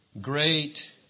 great